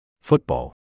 Football